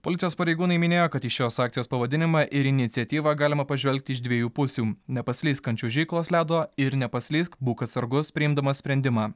policijos pareigūnai minėjo kad į šios akcijos pavadinimą ir iniciatyvą galima pažvelgti iš dviejų pusių nepaslysk ant čiuožyklos ledo ir nepaslysk būk atsargus priimdamas sprendimą